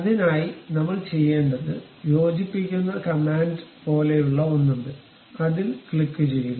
അതിനായി നമ്മൾ ചെയ്യേണ്ടത് യോജിപ്പിക്കുന്ന കമാൻഡ് പോലെയുള്ള ഒന്ന് ഉണ്ട് അതിൽ ക്ലിക്കുചെയ്യുക